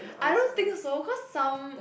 I don't think so cause some